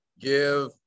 give